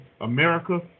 America